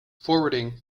forwarding